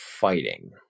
fighting